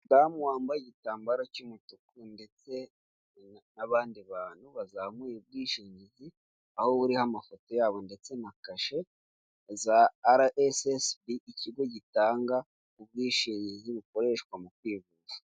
Umudamu wambaye igitambaro cy'umutuku ndetse n'abandi bantu bazamuye ubwishingizi, aho buriho amafoto yabo ndetse na kashe za arasesibi, ikigo gitanga ubwishingizi bukoreshwa mu kwivuza.